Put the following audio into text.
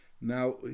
Now